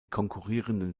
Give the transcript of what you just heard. konkurrierenden